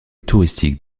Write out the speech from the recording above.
touristique